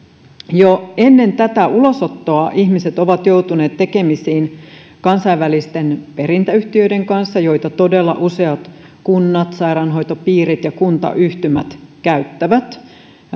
jo ennen ulosottoa ihmiset ovat joutuneet tekemisiin kansainvälisten perintäyhtiöiden kanssa joita todella useat kunnat sairaanhoitopiirit ja kuntayhtymät käyttävät